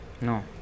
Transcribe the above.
No